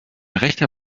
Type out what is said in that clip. rechter